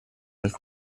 nel